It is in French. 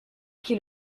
qui